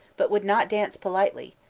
but would not dance politely,